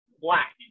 black